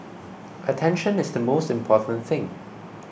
attention is the most important thing